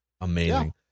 Amazing